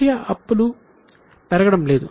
బాహ్య అప్పులు పెరగడం లేదు